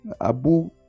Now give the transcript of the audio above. abu